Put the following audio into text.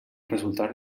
resultar